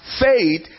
faith